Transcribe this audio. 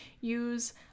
use